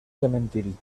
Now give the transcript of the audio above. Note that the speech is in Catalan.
cementiri